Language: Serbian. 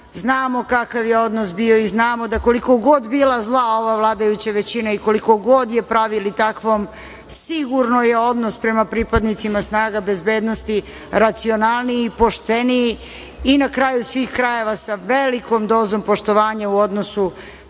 znamo kakav je odnos bio i znamo da koliko god bila zla ova vladajuća većina i koliko god je pravili takvom sigurno je odnos prema pripadnicima snaga bezbednosti racionalniji i pošteniji i na kraju svih krajeva sa velikom dozom poštovanja, u odnosu